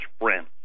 friends